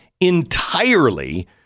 entirely